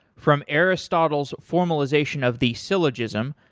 from aristotle's formalization of the syllogism,